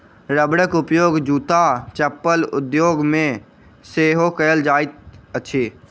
रबरक उपयोग जूत्ता चप्पल उद्योग मे सेहो कएल जाइत अछि